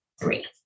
three